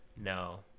No